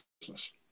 business